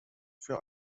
für